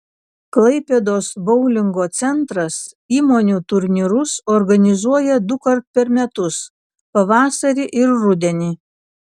klaipėdos boulingo centras įmonių turnyrus organizuoja dukart per metus pavasarį ir rudenį